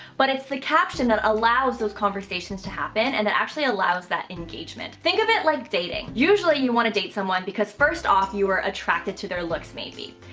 but it's the caption that allows those conversations to happen and that actually allows that engagement. think of it like dating, usually you want to date someone because first off you were attracted to their looks maybe,